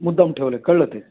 मुद्दाम ठेवलं आहे कळलंं ते